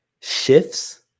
shifts